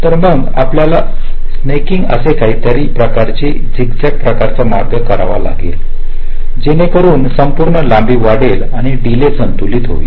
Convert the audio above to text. तर मग आपल्याला स्नॅकिंगअसे काहीतरी काही प्रकारचे झिग झॅग प्रकारचा मार्ग करावे लागेल जेणेकरून संपूर्ण लांबी वाढेल आणि डीले संतुलित होईल